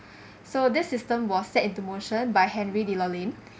so this system was set into motion by henri de laulanié